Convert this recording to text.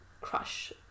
crush